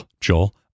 Joel